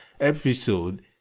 episode